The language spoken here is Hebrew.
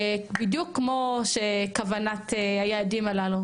בדיוק כמו כוונת היעדים הללו